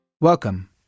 Welcome